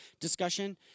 discussion